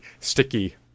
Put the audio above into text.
sticky